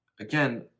again